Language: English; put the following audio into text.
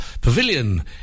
pavilion